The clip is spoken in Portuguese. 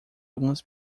algumas